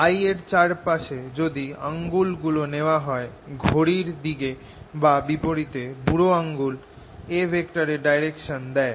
I এর চারপাশে যদি আঙ্গুল গুলো নেওয়া হয় ঘড়ির দিকে বা বিপরিতে বুড়ো আঙুল A এর ডাইরেকশন দেয়